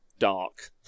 Dark